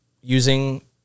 using